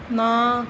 ਨਾ